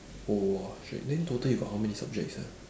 oh !wah! shagged then total you got how many subjects sia